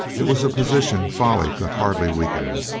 it was a position folly could hardly weaken.